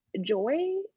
joy